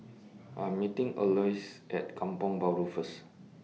I'm meeting Alois At Kampong Bahru First